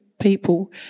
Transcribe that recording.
people